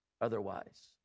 otherwise